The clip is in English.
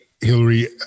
Hillary